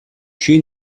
she